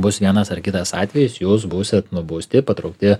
bus vienas ar kitas atvejis jūs būsit nubausti patraukti